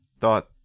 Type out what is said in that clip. thought